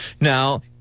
Now